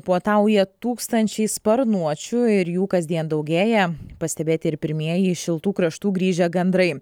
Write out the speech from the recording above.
puotauja tūkstančiai sparnuočių ir jų kasdien daugėja pastebėti ir pirmieji iš šiltų kraštų grįžę gandrai